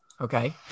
Okay